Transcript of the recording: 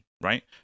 right